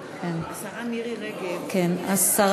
התשע"ה 2015, לוועדת העבודה, הרווחה